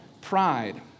pride